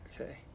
Okay